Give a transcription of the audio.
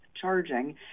charging